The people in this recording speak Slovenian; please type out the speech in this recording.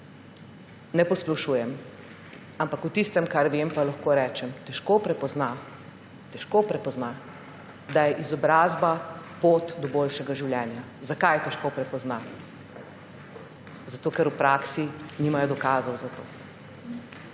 ne posplošujem, ampak o tistem, kar vem, pa lahko rečem – težko prepozna, težko prepozna, da je izobrazba pot do boljšega življenja. Zakaj težko prepozna? Zato ker v praksi nimajo dokazov za to.